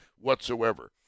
whatsoever